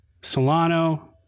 Solano